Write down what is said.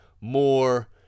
more